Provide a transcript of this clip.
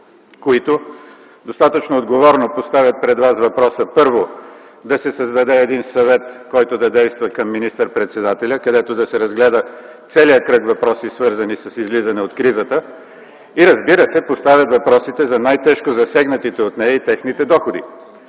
които достатъчно отговорно поставят пред вас въпроса, първо, да се създаде един съвет, който да действа към министър-председателя, където да се разгледа целият кръг въпроси, свързани с излизане от кризата. И, разбира се, поставят въпросите за най-тежко засегнатите от нея и техните доходи.